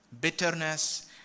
bitterness